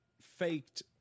faked